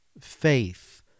faith